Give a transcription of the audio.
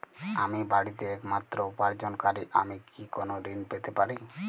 আমি বাড়িতে একমাত্র উপার্জনকারী আমি কি কোনো ঋণ পেতে পারি?